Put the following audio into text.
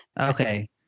Okay